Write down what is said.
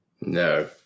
No